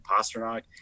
Pasternak